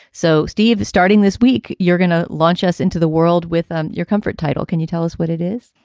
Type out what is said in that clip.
so steve is starting this week. you're going to launch us into the world with um your comfort title. can you tell us what it is?